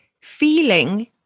feeling